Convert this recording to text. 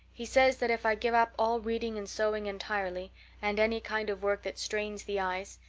he says that if i give up all reading and sewing entirely and any kind of work that strains the eyes,